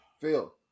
Phil